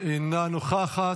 אינה נוכחת,